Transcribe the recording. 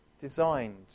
designed